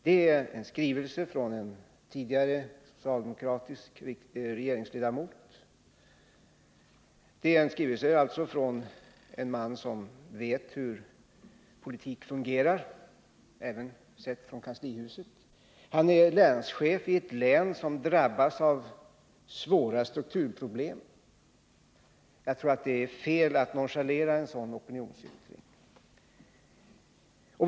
Det är en skrivelse från en socialdemokratisk f. d. regeringsledamot. Det är alltså en skrivelse från en man som vet hur politik fungerar, även sett från kanslihusets horisont. Han är länschef i ett län som drabbats av svåra strukturproblem. Jag tror det är fel att nonchalera en sådan opinionsyttring.